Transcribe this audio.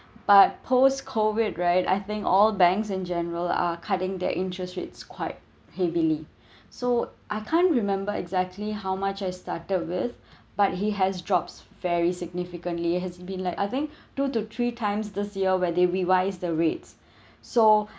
but post COVID right I think all banks in general are cutting their interest rates quite heavily so I can't remember exactly how much I started with but it has drops very significantly has been like I think two to three times this year where they revise the rates so